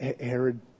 Herod